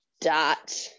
Dot